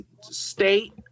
state